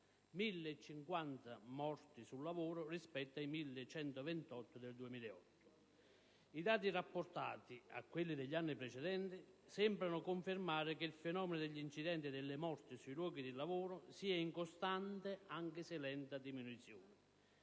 I dati, rapportati a quelli degli anni precedenti, sembrano confermare che il fenomeno degli incidenti e delle morti sui luoghi di lavoro sia in costante anche se lenta diminuzione.